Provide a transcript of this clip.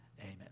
Amen